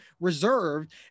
reserved